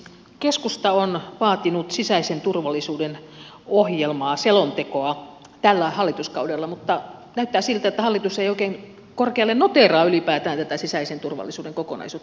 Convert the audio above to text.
keskusta on vaatinut sisäisen turvallisuuden ohjelmaa selontekoa tällä hallituskaudella mutta näyttää siltä että hallitus ei oikein korkealle noteeraa ylipäätään tätä sisäisen turvallisuuden kokonaisuutta